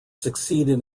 succeeded